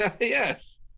Yes